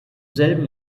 selben